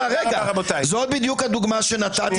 ייעלם באופן אוטומטי מהחוק